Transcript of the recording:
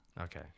Okay